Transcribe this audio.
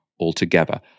altogether